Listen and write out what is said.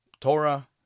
Torah